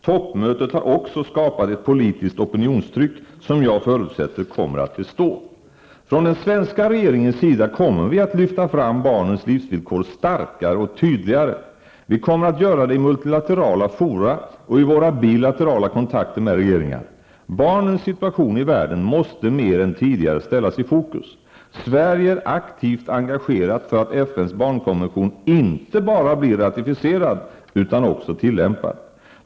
Toppmötet har också skapat ett politiskt opinionstryck som jag förutsätter kommer att bestå. Från den svenska regeringens sida kommer vi att lyfta fram barnens livsvillkor starkare och tydligare. Vi kommer att göra det i multilaterala fora och i våra bilaterala kontakter med regeringar. Barnens situation i världen måste mer än tidigare ställas i fokus. Sverige är aktivt engagerat för att FNs barnkonvention inte bara blir ratificerad, utan också tillämpad.